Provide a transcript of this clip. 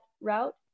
route